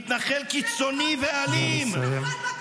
מתנחל קיצוני ואלים -- השם ייקום דמו.